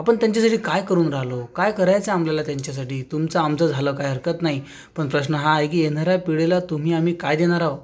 आपण त्यांच्यासाठी काय करून राहिलो काय करायचं आपल्याला त्यांच्यासाठी तुमचं आमचं झालं काही हरकत नाही पण प्रश्न हा आहे की येणाऱ्या पिढीला तुम्ही आम्ही काय देणार आहोत